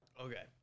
Okay